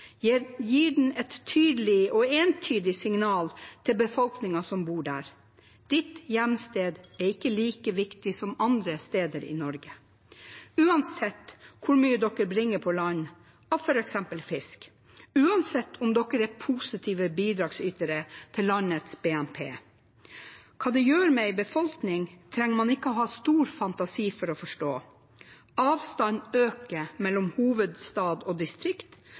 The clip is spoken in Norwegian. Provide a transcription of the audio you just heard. gir det et tydelig og entydig signal til befolkningen som bor der: Ditt hjemsted er ikke like viktig som andre steder i Norge, uansett hvor mye dere bringer på land av fisk, uansett om dere er positive bidragsytere til landets BNP. Hva det gjør med en befolkning, trenger man ikke å ha stor fantasi for å forstå. Avstanden øker mellom hovedstad og distrikt,